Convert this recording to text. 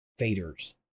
faders